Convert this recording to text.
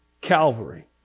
Calvary